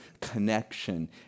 connection